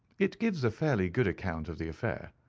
it gives a fairly good account of the affair.